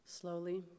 Slowly